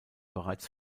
bereits